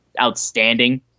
Outstanding